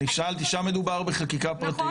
אני שאלתי, שם מדובר בחקיקה פרטית.